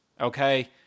Okay